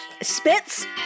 Spits